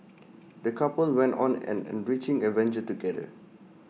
the couple went on an enriching adventure together